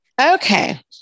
Okay